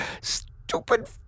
stupid